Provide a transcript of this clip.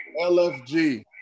LFG